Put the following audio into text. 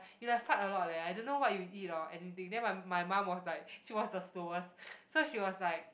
you like fart a lot leh I don't know what you eat hor anything then my my mum was like she was the slowest so she was like